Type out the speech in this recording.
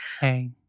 Hey